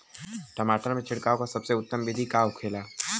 टमाटर में छिड़काव का सबसे उत्तम बिदी का होखेला?